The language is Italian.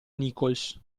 nichols